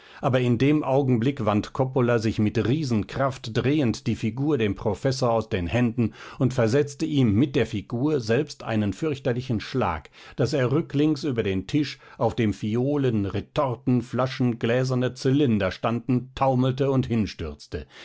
aber in dem augenblick wand coppola sich mit riesenkraft drehend die figur dem professor aus den händen und versetzte ihm mit der figur selbst einen fürchterlichen schlag daß er rücklings über den tisch auf dem phiolen retorten flaschen gläserne zylinder standen taumelte und hinstürzte